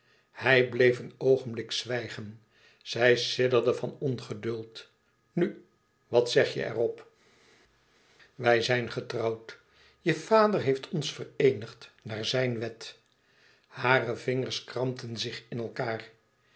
hij bleef een oogenblik zwijgen zij sidderde van ongeduld nu wat zeg je er op wij zijn getrouwd je vader heeft ons vereenigd naar zijn wet hare vingers krampten zich in elkaâr